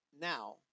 now